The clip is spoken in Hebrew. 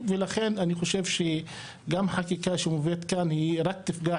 ולכן אני חושב שגם החקיקה שמובאת כאן תוסיף